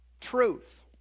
truth